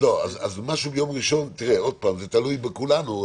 זה תלוי בכולנו.